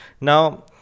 now